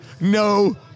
no